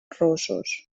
rossos